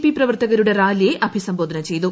P പ്രവർത്തകരുടെ റാലിയെ അഭിസംബോധന ചെയ്തു